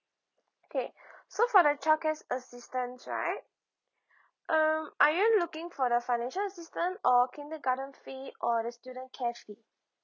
okay so for the childcare's assistance right um are you looking for the financial assistant or kindergarten fee or the student care fee